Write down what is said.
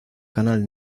canal